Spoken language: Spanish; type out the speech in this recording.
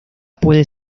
puede